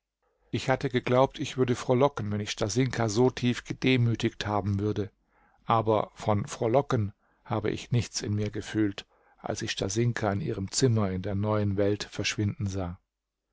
ich hatte geglaubt ich würde frohlocken wenn ich stasinka so tief gedemütigt haben würde aber von frohlocken habe ich nichts in mir gefühlt als ich stasinka in ihrem zimmer in der neuen welt verschwinden sah